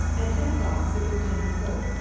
at ten o'clock superintendent polke,